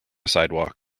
sidewalk